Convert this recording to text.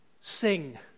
sing